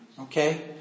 Okay